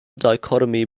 dichotomy